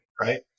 right